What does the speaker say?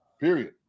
period